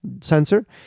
sensor